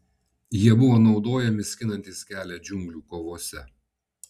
jie buvo naudojami skinantis kelią džiunglių kovose